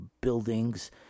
buildings